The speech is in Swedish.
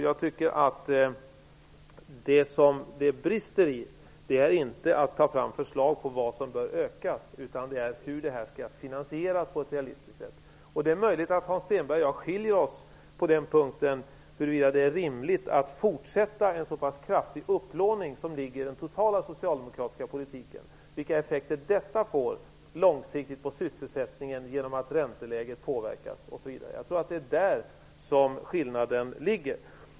Jag tycker att det som det brister i är inte att ta fram förslag på vad som bör ökas utan på hur det skall finansieras på ett realistiskt sätt. Det är möjligt att Hans Stenberg och jag skiljer oss åt när det gäller synen på huruvida det är rimligt att fortsätta med en så pass kraftig upplåning som den totala socialdemokratiska politiken innebär, vilka effekter det långsiktigt får på sysselsättningen genom att ränteläget påverkas osv. Det är där som skillnaden ligger.